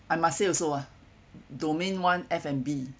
I must say also ah domain one F&B